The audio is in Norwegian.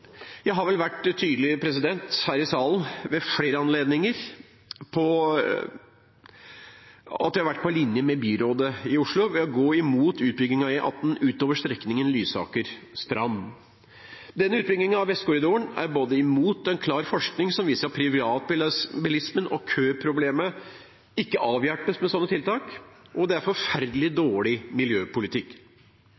Jeg har ved flere anledninger her i salen vært tydelig på at jeg har vært på linje med byrådet i Oslo ved å gå imot utbygging av E18 utover strekningen Lysaker–Strand. Denne utbyggingen av Vestkorridoren er både imot klar forskning som viser at privatbilismen og køproblemet ikke avhjelpes med sånne tiltak, og forferdelig dårlig miljøpolitikk. Til slutt er det en forferdelig